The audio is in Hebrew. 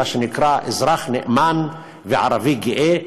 מה שנקרא כ"אזרח נאמן וערבי גאה",